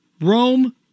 Rome